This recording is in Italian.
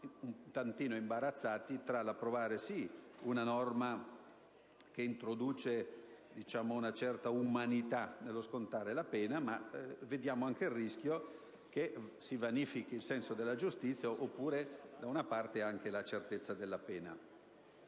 un tantino imbarazzati tra l'approvare una norma che introduce una certa umanità nello scontare la pena e il rischio di vanificare il senso della giustizia oppure anche la certezza della pena.